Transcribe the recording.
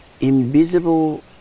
Invisible